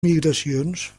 migracions